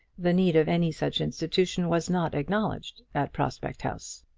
the need of any such institution was not acknowledged at prospect house.